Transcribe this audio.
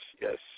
yes